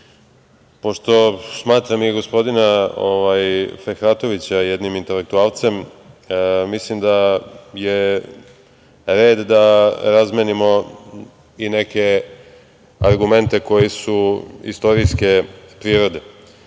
pošto smatram i gospodina Fehratovića jednim intelektualcem, mislim da je red da razmenimo i neke argumente koji su istorijske prirode. Navešću